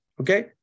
Okay